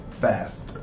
faster